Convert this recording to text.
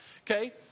Okay